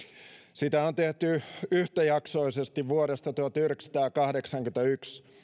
sitä on tehty yhtäjaksoisesti vuodesta tuhatyhdeksänsataakahdeksankymmentäyksi